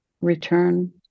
return